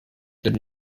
did